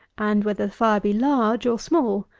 and whether the fire be large or small.